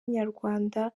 inyarwanda